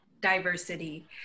diversity